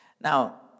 Now